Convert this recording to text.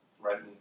threatened